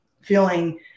feeling